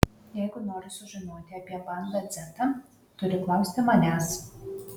jeigu nori sužinoti apie banda dzeta turi klausti manęs